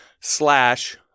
slash